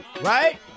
Right